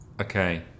okay